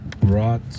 brought